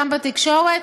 גם בתקשורת,